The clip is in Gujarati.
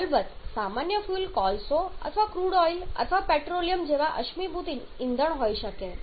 અલબત્ત સામાન્ય ફ્યુઅલ કોલસો અથવા કદાચ ક્રૂડ ઓઈલ અથવા પેટ્રોલિયમ જેવા અશ્મિભૂત ઈંધણ હોઈ શકે છે